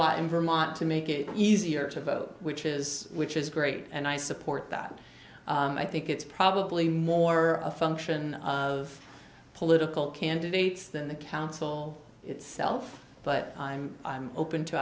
lot in vermont to make it easier to vote which is which is great and i support that i think it's probably more a function of political candidates than the council itself but i'm open to